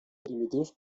primitius